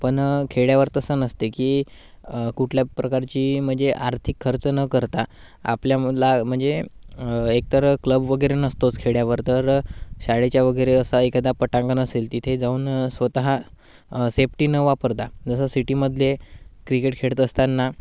पण खेळावर तसं नसते की कुठल्या प्रकारची म्हणजे आर्थिक खर्च न करता आपल्या मुला म्हणजे एकतर क्लब वगैरे नसतोच खेड्यावर तर शाळेच्या वगैरे असा एखादा पटांंगण असेल तिथे जाऊन स्वतः सेफ्टी न वापरता जसं सिटीमधले क्रिकेट खेळत असताना